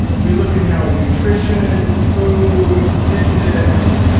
and we look at how nutrition, food fitness,